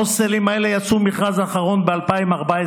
ההוסטלים האלה יצאו למכרז אחרון ב-2014.